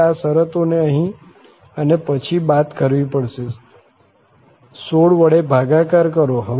આપણે આ શરતોને અહીં અને પછી બાદ કરવી પડશે 16 વડે ભાગાકાર કરો